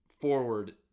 forward